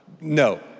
No